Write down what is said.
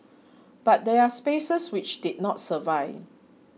but there are spaces which did not survive